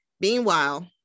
Meanwhile